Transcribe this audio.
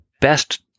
best